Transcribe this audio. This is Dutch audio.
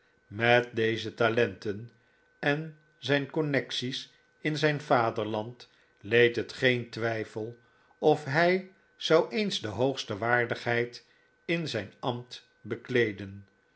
met deze talenten en zijn connecties in zijn vaderland leed het geen twijfel of hij zou eens de hoogste waardigheid in zijn ambt bekleeden